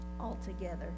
altogether